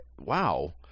Wow